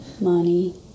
money